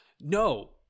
no